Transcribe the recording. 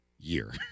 year